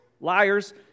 liars